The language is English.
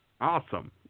Awesome